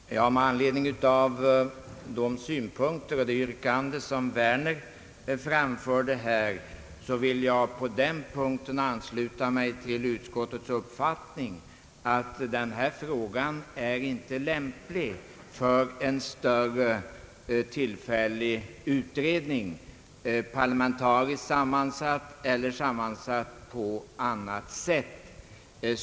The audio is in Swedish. Herr talman! Med anledning av de synpunkter som herr Werner anförde och det yrkande som han ställde vill jag säga att jag ansluter mig till utskottets uppfattning att denna fråga inte lämpar sig för en större särskild utredning, parlamentariskt sammansatt eller sammansatt på annat sätt.